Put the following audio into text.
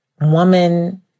woman